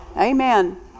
Amen